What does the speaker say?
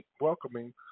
welcoming